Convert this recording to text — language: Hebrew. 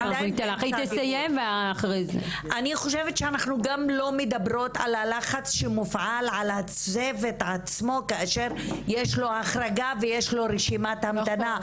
גם לא מדברות על הלחץ על הצוות עצמו כשיש לו החרגה ורשימת המתנה.